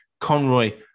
Conroy